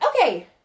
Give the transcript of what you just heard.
Okay